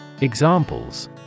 Examples